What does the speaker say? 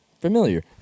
familiar